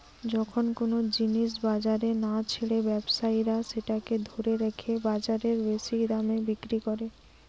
যখন কুনো জিনিস বাজারে না ছেড়ে ব্যবসায়ীরা সেটাকে ধরে রেখে বাজারে বেশি দামে বিক্রি কোরে